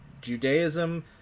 Judaism